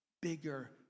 bigger